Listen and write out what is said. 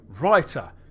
writer